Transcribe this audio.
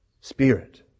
Spirit